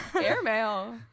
Airmail